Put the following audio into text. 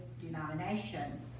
denomination